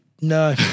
no